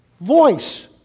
voice